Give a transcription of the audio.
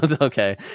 okay